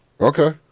Okay